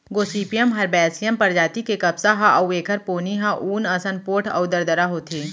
Gossypium हरबैसियम परजाति के कपसा ह अउ एखर पोनी ह ऊन असन पोठ अउ दरदरा होथे